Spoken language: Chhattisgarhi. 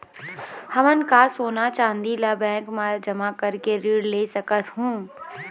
हमन का सोना चांदी ला बैंक मा जमा करके ऋण ले सकहूं?